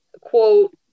quote